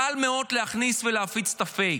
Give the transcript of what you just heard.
קל מאוד להכניס ולהפיץ את הפייק.